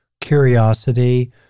curiosity